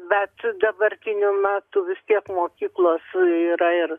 bet dabartiniu metu vis tiek mokyklos yra ir